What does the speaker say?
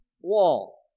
wall